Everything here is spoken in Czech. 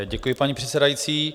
Děkuji, paní předsedající.